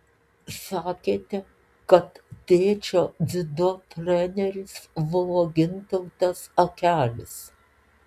sakėte kad tėčio dziudo treneris buvo gintautas akelis